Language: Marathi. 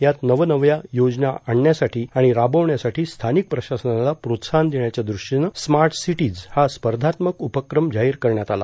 यात नवनव्या योजना आणण्यासाठी आणि राबवण्यासाठी स्थानिक प्रशासनाला प्रोत्साहन देण्याच्या द्रष्टीनं स्मार्ट सिटीज हा स्पर्धात्मक उपक्रम जाहीर करण्यात आला